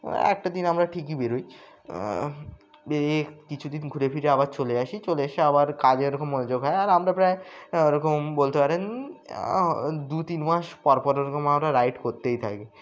একটা দিন আমরা ঠিকই বেরোই বেরিয়ে কিছুদিন ঘুরে ফিরে আবার চলে আসি চলে এসে আবার কাজে ওরকম মনোযোগ হয় আর আমরা প্রায় ওরকম বলতে পারেন দু তিন মাস পরপর ওরকম আমরা রাইড করতেই থাকি